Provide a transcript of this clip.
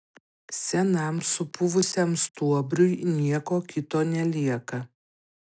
senam supuvusiam stuobriui nieko kito nelieka